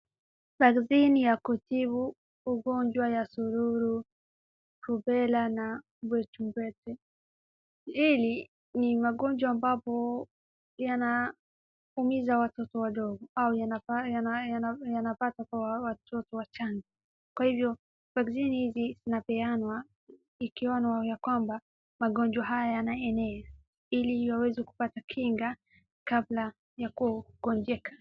Vaccine ya kutibu ugonjwa wa sururu, rubela na mbwechembwete. Hili ni magonjwa ambapo yanakumiza watoto wadogo au wanapata kwa watoto wachanga. Kwa hivyo, vaccine hizi zinapeanwa ikiwa wawe ya kwamba magonjwa haya yanaenea ili yaweze kupata kinga kabla ya kuugonjeka.